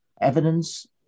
evidence